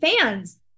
fans